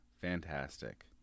fantastic